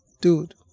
dude